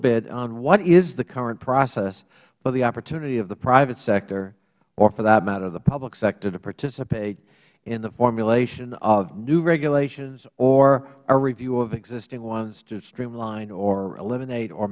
bit on what is the current process for the opportunity of the private sector or for that matter the public sector to participate in the formulation of new regulations or a review of existing ones to streamline or eliminate or